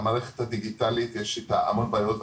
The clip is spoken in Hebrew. המערכת הדיגיטלית יש איתה המון בעיות,